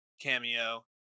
cameo